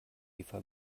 eva